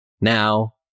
now